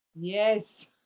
Yes